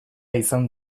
izan